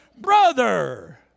brother